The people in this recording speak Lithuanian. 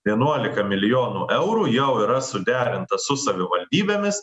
vienuolika milijonų eurų jau yra suderinta su savivaldybėmis